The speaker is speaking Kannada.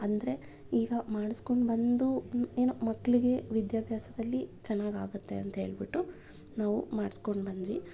ಅಂದರೆ ಈಗ ಮಾಡಿಸ್ಕೊಂಡು ಬಂದು ಏನೋ ಮಕ್ಕಳಿಗೆ ವಿದ್ಯಾಭ್ಯಾಸದಲ್ಲಿ ಚೆನ್ನಾಗಾಗುತ್ತೆ ಅಂಥೇಳ್ಬಿಟ್ಟು ನಾವು ಮಾಡಿಸ್ಕೊಂಡು ಬಂದ್ವಿ